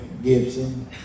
Gibson